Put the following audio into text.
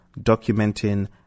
Documenting